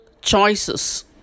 choices